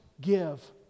give